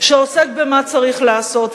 שעוסק במה צריך לעשות.